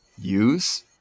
use